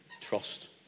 trust